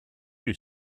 you